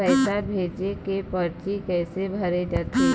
पैसा भेजे के परची कैसे भरे जाथे?